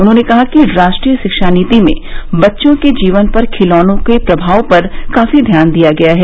उन्होंने कहा कि राष्ट्रीय शिक्षा नीति में बच्चों के जीवन पर खिलौनों के प्रभाव पर काफी ध्यान दिया गया है